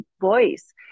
voice